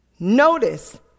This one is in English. Notice